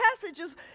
passages